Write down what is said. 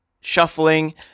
shuffling